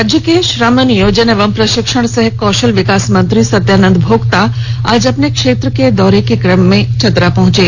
राज्य के श्रम नियोजन एवं प्रशिक्षण सह कौशल विकास मंत्री सत्यानंद भोक्ता आज अपने क्षेत्र दौरे के क्रम में चतरा पहंचे